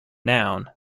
noun